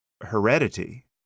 heredity